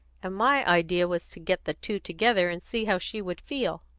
and my idea was to get the two together and see how she would feel.